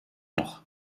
noch